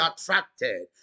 attracted